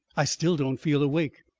i still don't feel awake.